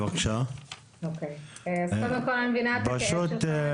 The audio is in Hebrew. אני מבינה את הכאב שלך.